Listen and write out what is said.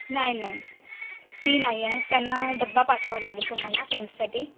नाही नाही ती नाही आहे त्यांना डबा पाठवावा लागेल तुम्हाला त्यांच्यासाठी